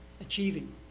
achieving